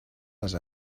les